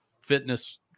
fitness